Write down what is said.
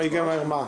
אם ייגמר מה?